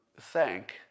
thank